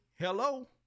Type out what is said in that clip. Hello